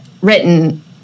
written